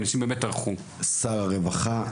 שר הרווחה,